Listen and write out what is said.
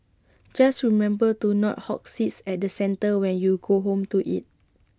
just remember to not hog seats at the centre when you go home to eat